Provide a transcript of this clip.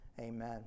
amen